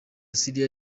syria